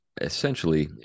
essentially